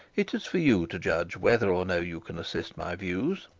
it is for you to judge whether or no you can assist my views.